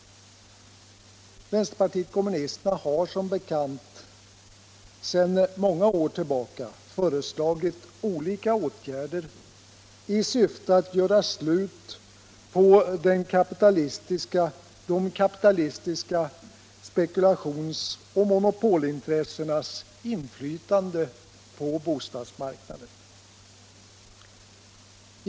/ Vänsterpartiet kommunisterna har som bekant sedan många år tillbaka föreslagit olika åtgärder i syfte att göra slut på de kapitalistiska spekulationsoch monopolintressenas inflytande på bostadsmarknaden.